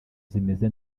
zimeze